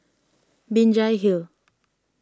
Binjai Hill